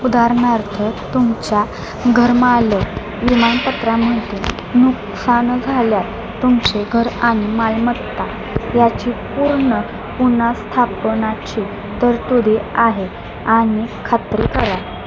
उदाहरणार्थ तुमच्या घरमालक विमापत्रामध्ये नुकसान झाल्या तुमचे घर आणि मालमत्ता याची पूर्ण पुनःस्थापनाची तरतुदी आहे आणि खात्री करा